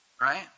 right